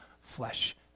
flesh